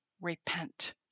repent